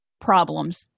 problems